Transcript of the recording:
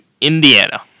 Indiana